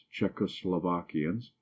czechoslovakians